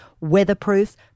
weatherproof